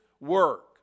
work